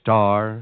Star